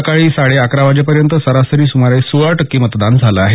सकाळी साडे अकरा वाजेपर्यंत सरासरी सुमारे सोळा टक्के मतदान झालं आहे